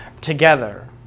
together